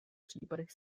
případech